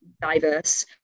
diverse